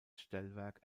stellwerk